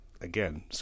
Again